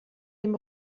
dem